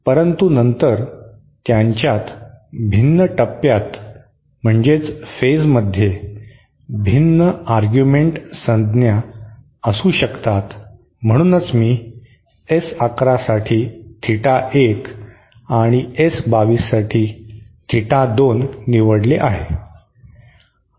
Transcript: परंतु नंतर त्यांच्यात भिन्न टप्प्यात म्हणजे फेजमध्ये भिन्न आर्ग्यूमेंट संज्ञा असू शकतात म्हणूनच मी S 1 1 साठी थीटा 1 आणि S 2 2 साठी थीटा 2 निवडली आहे